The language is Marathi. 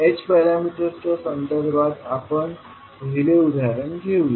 h पॅरामीटर्सच्या संदर्भात आपण पहिले उदाहरण घेऊया